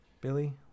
Billy